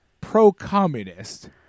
pro-communist